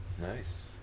Nice